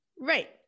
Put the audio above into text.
Right